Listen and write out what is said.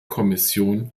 kommission